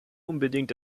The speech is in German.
unbedingt